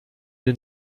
den